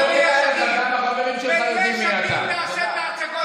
את ההצגות שלך תעשה ביש עתיד.